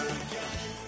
again